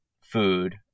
food